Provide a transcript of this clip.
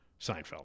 Seinfeld